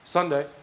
Sunday